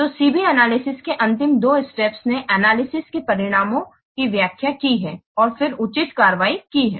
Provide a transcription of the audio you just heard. तो C B analysis के अंतिम 2 स्टेप्स ने एनालिसिस के परिणामों की व्याख्या की है और फिर उचित कार्रवाई की है